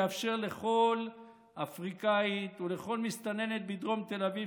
יאפשר לכל אפריקאית ולכל מסתננת בדרום תל אביב